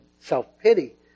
self-pity